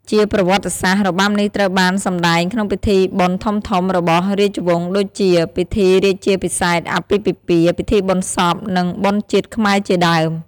ជាប្រវត្តិសាស្ត្រ របាំនេះត្រូវបានសម្តែងក្នុងពិធីបុណ្យធំៗរបស់រាជវង្សដូចជា ពិធីរាជាភិសេក អាពាហ៍ពិពាហ៍ ពិធីបុណ្យសព និងបុណ្យជាតិខ្មែរជាដើម។